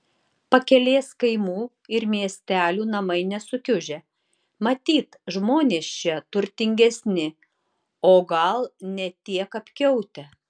pakelės kaimų ir miestelių namai nesukiužę matyt žmonės čia turtingesni o gal ne tiek apkiautę